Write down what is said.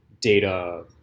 data